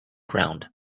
ground